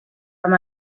amb